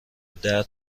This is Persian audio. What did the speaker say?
درد